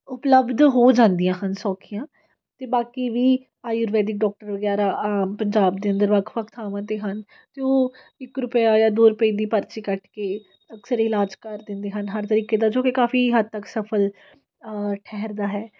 ਉਪਲਬਧ ਹੋ ਜਾਂਦੀਆਂ ਹਨ ਸੌਖੀਆਂ ਅਤੇ ਬਾਕੀ ਵੀ ਆਯੁਰਵੈਦਿਕ ਡਾਕਟਰ ਵਗੈਰਾ ਪੰਜਾਬ ਦੇ ਅੰਦਰ ਵੱਖ ਵੱਖ ਥਾਵਾਂ 'ਤੇ ਹਨ ਜੋ ਇੱਕ ਰੁਪਇਆ ਯਾਂ ਦੋ ਰੁਪਏ ਦੀ ਪਰਚੀ ਕੱਟ ਕੇ ਅਕਸਰ ਇਲਾਜ ਕਰ ਦਿੰਦੇ ਹਨ ਹਰ ਤਰੀਕੇ ਦਾ ਜੋ ਕਿ ਕਾਫੀ ਹੱਦ ਤੱਕ ਸਫਲ ਠਹਿਰਦਾ ਹੈ